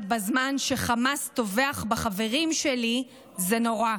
בזמן שחמאס טובח בחברים שלי זה נורא.